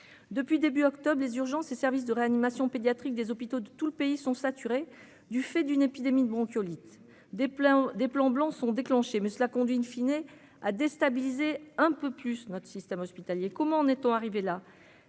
depuis début octobre, les urgences et services de réanimations pédiatriques des hôpitaux de tout le pays sont saturés du fait d'une épidémie de bronchiolite des plans des plans blancs sont déclenchés, mais cela conduit une fine et à déstabiliser un peu plus notre système hospitalier : comment en est-on arrivé là